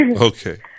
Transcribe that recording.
Okay